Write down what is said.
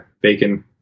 bacon